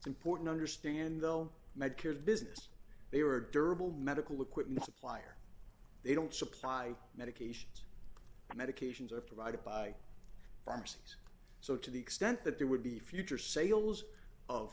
important understand though medicare's business they were durable medical equipment supplier they don't supply medications the medications are provided by the nurse so to the extent that there would be future sales of